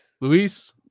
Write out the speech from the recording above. Luis